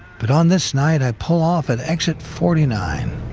but on this night, i pull off at exit forty nine.